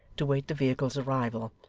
to wait the vehicle's arrival,